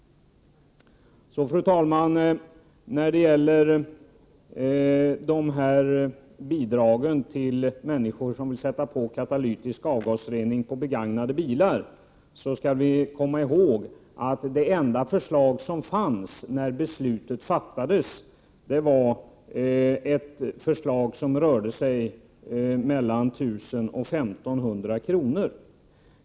Fru talman! När det gäller bidragen till människor som vill sätta katalytisk avgasrening på begagnade bilar skall vi komma ihåg, att det enda förslag som fanns när beslutet fattades rörde sig om mellan 1 000 och 1 500 kr.